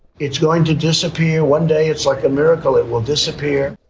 it's going to disappear one day, it's like a miracle. it will disappear.